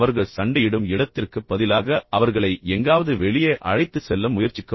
அவர்கள் சண்டையிடும் இடத்திற்குப் பதிலாக அவர்களை எங்காவது வெளியே அழைத்துச் செல்ல முயற்சிக்கவும்